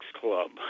Club